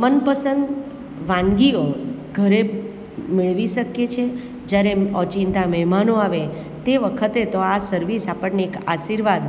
મનપસંદ વાનગીઓ ઘરે મેળવી શકીએ છે જ્યારે ઓચિંતા મહેમાનો આવે તે વખતે તો આ સર્વિસ આપણને એક આશીર્વાદ